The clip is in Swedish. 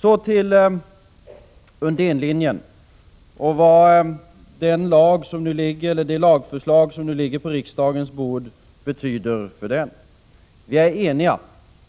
Så till Undénlinjen och till betydelsen för denna av det lagförslag som nu ligger på riksdagens bord. Vi är eniga